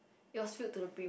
it was filled to the brim